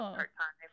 part-time